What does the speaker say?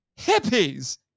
hippies